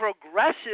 progressive